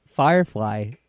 Firefly